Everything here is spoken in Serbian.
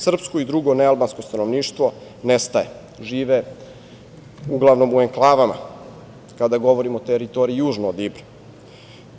Srpsko i drugo nealbansko stanovništvo nestaje, žive uglavnom u enklavama kada govorim o teritoriji južno od Ibra.